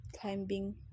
climbing